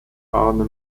arne